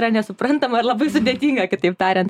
yra nesuprantama ir labai sudėtinga kitaip tariant